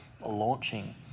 launching